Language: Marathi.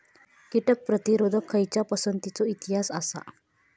कीटक प्रतिरोधक खयच्या पसंतीचो इतिहास आसा?